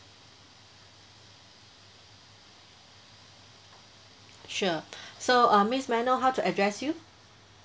sure so uh miss may I know how to address you